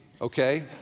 okay